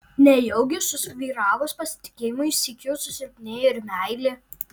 nejaugi susvyravus pasitikėjimui sykiu susilpnėja ir meilė